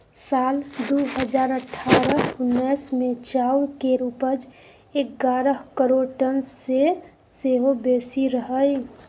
साल दु हजार अठारह उन्नैस मे चाउर केर उपज एगारह करोड़ टन सँ सेहो बेसी रहइ